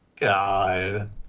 God